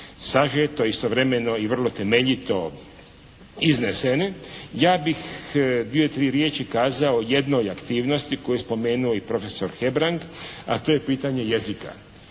sažeto, istovremeno i vrlo temeljito iznesene. Ja bih dvije tri riječi kazao o jednoj aktivnosti koju je spomenuo i profesor Hebrang, a to je pitanje jezika.